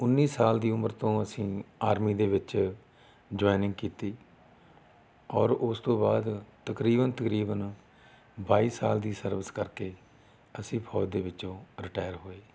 ਉੱਨੀ ਸਾਲ ਦੀ ਉਮਰ ਤੋਂ ਅਸੀਂ ਆਰਮੀ ਦੇ ਵਿੱਚ ਜੋਈਨਿੰਗ ਕੀਤੀ ਔਰ ਉਸ ਤੋਂ ਬਾਅਦ ਤਕਰੀਬਨ ਤਕਰੀਬਨ ਬਾਈ ਸਾਲ ਦੀ ਸਰਵਿਸ ਕਰਕੇ ਅਸੀਂ ਫ਼ੌਜ ਦੇ ਵਿਚੋਂ ਰਿਟਾਇਰ ਹੋਏ